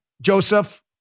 Joseph